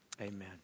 Amen